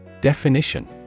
Definition